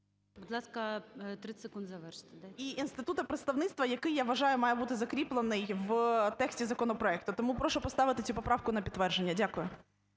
Будь ласка, 30 секунд завершити. ШКРУМ А.І. …і інституту представництва, який, я вважаю, має бути закріплений в тексті законопроекту. Тому прошу поставити цю поправку на підтвердження. Дякую.